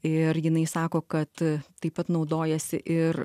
ir jinai sako kad taip pat naudojasi ir